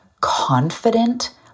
confident